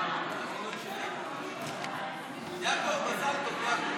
הצעת ועדת הכנסת לבחור את חבר הכנסת יעקב אשר